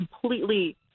completely –